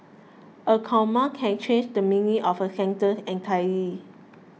a comma can change the meaning of a sentence entirely